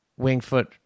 Wingfoot